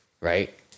right